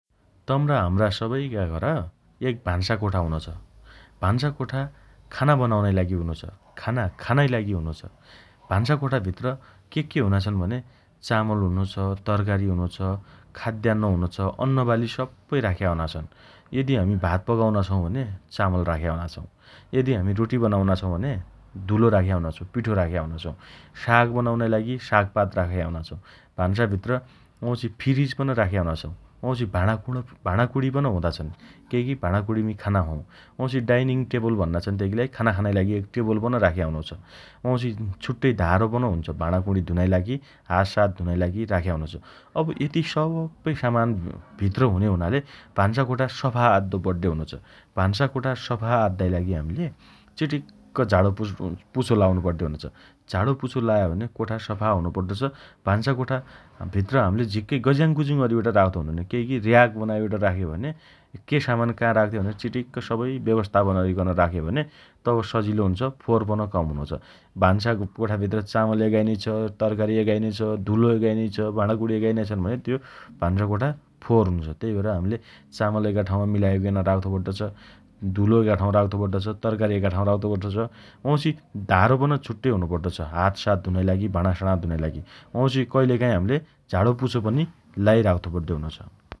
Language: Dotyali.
तम्राहम्रा सबैका घर एक भान्सा कोठा हुनोछ । भान्सा कोठा खाना बनाउनाइ लागि हुनोछ । खाना खानाइ लागि हुनो छ । भान्सा कोठाभित्र के के हुना छन् भने चामल हुनो छ । तरकारी हुनो छ । खाद्यान्न हुनो छ । अन्नबाली सप्पै राख्या हुना छन् । यदि हामी भात पकाउना छौँ भने चामल राख्या हुना छन् । यदि हमी रोटी बनाउना छौँ भने धुलो राख्या हुना छौँ । पीठो राख्या हुना छौँ । साग बनाउनाइ लागि सागपात राख्या हुना छौँ । भान्साभित्र वाउँछि फिरिज पन राख्या हुना छौँ । वाउँछि भाँडाकुण् भाँडाकुँणी पन हुँदा छन् । केइकी भाणाकुणीमा खाना खानाछौँ । वाउँछि डाइनिङ टेबल भन्ना छन् तेइकीलाई खाना खानाइ लागि एक टेबुल पन राख्या हुनो छ । वाउँछि छुट्टै धारो पन हुन्छ । भाँणाकुणी धुनाइ लागि हातसात धुनाइ लागि राख्या हुनो छ । अब यति सप्पै सामान भित्र हुने हुनाले भास्ना कोठा सफा अद्दो पड्डे हुनोछ । भान्सा कोठा सफा अद्दाइ लागि हम्ले चिटिक्क झाणो पुछो लाउनो पड्डे हुनो छ । झाणो पुछो लाया भने कोठा सफा हुनो पड्डो छ । भन्सा कोठा भित्र हमीले झिक्कै गज्याङ्गगुजुङ अरिबट राख्तो हुनैन । केइकी र्याक बनाइट राख्यो भने के सामान काँ राख्ते भनेर चिटिक्क सबै व्यवस्थापन अरिकन राख्यो भने तब सजिलो हुन्छ । फोहोर पन कम हुनो छ । भान्सा कोठाभित्र चामल एकाइनोइ छ । तरकारी एकाइनोइ छ । धुलो एकाइनोइ छ । भाणाकुणी एकाइनोइ छन् भने त्यो भान्सा कोठा फोहोर हुनो छ । तेइ भएर हामीले चामल एका ठाउँमी मिलाइकन राख्तो पड्डो छ । धुलो एका ठाउँ राख्तो पड्डो छ । तरकारी एका ठाउँ राख्तो पड्डो छ । अँ वाउँछि धारो पन छुट्टै हुनो पड्डो छ । हातसात धुनाइ लागि भाणासाणा धुनाइ लागि । वाउँछि कहिलेकाहीँ झाणो पुछो पनि लाइराख्तो पड्डे हुनोछ ।